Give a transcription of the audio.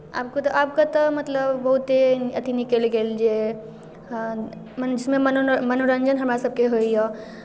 आब कतय आब कतय मतलब बहुते अथि निकलि गेल जे मने जिसमे मनोन मनोरञ्जन हमरासभके होइए